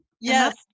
yes